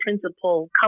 principal